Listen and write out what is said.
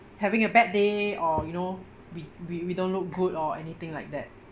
having a bad day or you know we we we don't look good or anything like that